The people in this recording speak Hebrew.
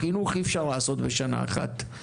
חינוך אי-אפשר לעשות בשנה אחת.